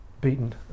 beaten